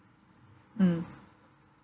mm